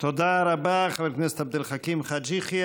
תודה רבה, חבר הכנסת עבד אל חכים חאג' יחיא.